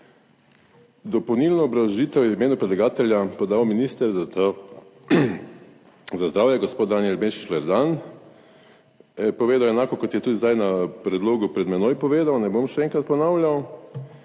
Dopolnilno obrazložitev je v imenu predlagatelja podal minister za zdravje, gospod Danijel Bešter Loredan. Povedal je enako kot je tudi zdaj na predlogu pred menoj povedal, ne bom še enkrat ponavljal.